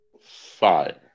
fire